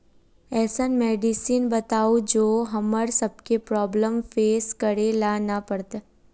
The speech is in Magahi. ऐसन मेडिसिन बताओ जो हम्मर सबके प्रॉब्लम फेस करे ला ना पड़ते?